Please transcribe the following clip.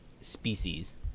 species